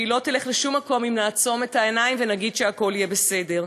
והיא לא תלך לשום מקום אם נעצום את העיניים ונגיד שהכול יהיה בסדר.